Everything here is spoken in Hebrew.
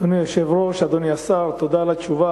אדוני היושב-ראש, אדוני השר, תודה על התשובה.